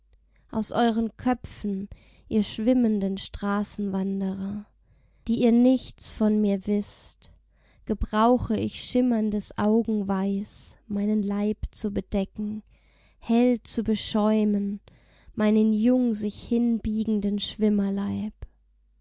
aus euren köpfen ihr schwimmenden straßenwanderer die ihr nichts von mir wißt gebrauche ich schimmerndes augenweiß meinen leib zu bedecken hell zu beschäumen meinen jung sich hinbiegenden schwimmerleib